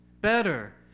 better